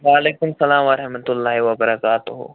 وعلیکُم السَلام ورحمَتہ اللہ وبرکاتہٗ